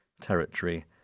territory